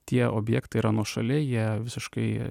tie objektai yra nuošaliai jie visiškai